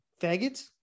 Faggots